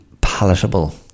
palatable